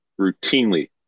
routinely